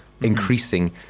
increasing